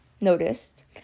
noticed